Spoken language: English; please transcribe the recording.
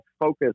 focus